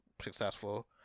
successful